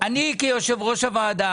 כיושב-ראש הוועדה,